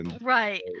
Right